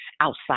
outside